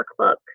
workbook